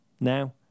now